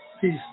Peace